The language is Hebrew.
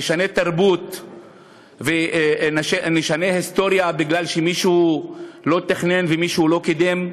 נשנה תרבות ונשנה היסטוריה משום שמישהו לא תכנן ומישהו לא קידם?